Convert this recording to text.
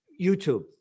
YouTube